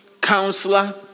counselor